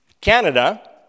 Canada